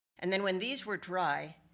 and then when these were dry,